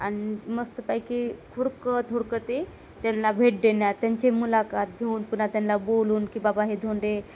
आणि मस्त पैकी हुडकत हुडकत ते त्यांना भेट देऊन त्यांचे मुलाखत घेऊन पुन्हा त्यांना बोलून की बाबा हे धोंडे